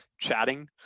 chatting